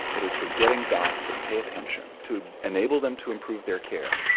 that is for getting docs to pay attention to enable them to improve their care.